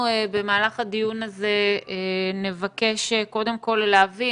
אנחנו במהלך הדיון הזה נבקש קודם כל להבין